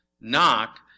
Knock